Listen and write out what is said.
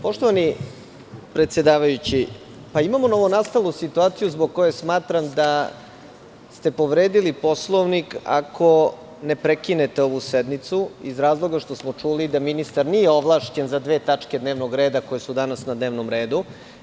Poštovani predsedavajući, imamo novonastalu situaciju zbog koje smatram da ste povredili Poslovnik ako ne prekinete ovu sednicu, iz razloga što smo čuli da ministar nije ovlašćen za dve tačke dnevnog reda, koje su danas na dnevnom redu.